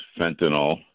fentanyl